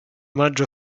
maggio